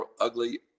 ugly